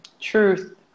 Truth